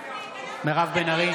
(קורא בשם חברת הכנסת) מירב בן ארי,